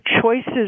choices